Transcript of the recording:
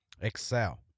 excel